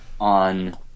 on